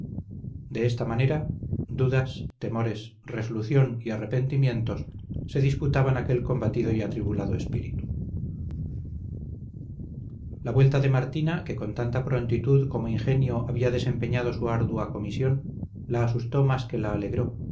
de esta manera dudas temores resolución y arrepentimientos se disputaban aquel combatido y atribulado espíritu la vuelta de martina que con tanta prontitud como ingenio había desempeñado su ardua comisión la asustó más que la alegró